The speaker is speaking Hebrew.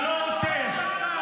נחלת אבותינו על אפך ועל חמתך.